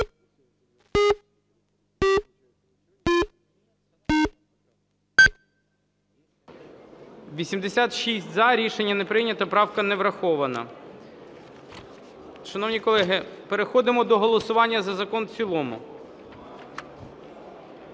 За-86 Рішення не прийнято. Правка не врахована. Шановні колеги, переходимо до голосування за закон в цілому.